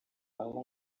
aho